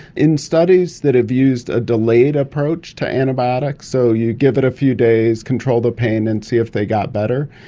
in studies that have used a delayed approach to antibiotics, so you give it a few days, control the pain and see if they got better,